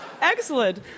Excellent